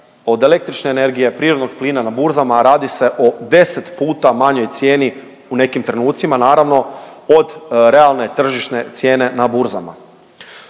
od električne energije, prirodnog plina na burzama, a radi se o 10 puta manjoj cijeni u nekim trenucima, naravno od realne tržišne cijene na burzama.